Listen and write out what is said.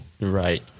Right